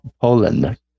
Poland